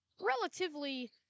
relatively